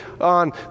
on